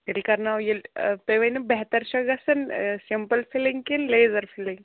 تیٚلہِ کَرناو تیٚلہِ تُہۍ ؤنِو بَہتر چھا گژھان سِمپِل فِلِنٛگ کِنہٕ لیٚزَر فِلِنٛگ